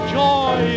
joy